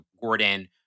Gordon